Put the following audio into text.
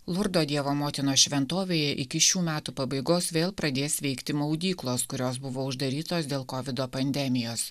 lurdo dievo motinos šventovėje iki šių metų pabaigos vėl pradės veikti maudyklos kurios buvo uždarytos dėl covido pandemijos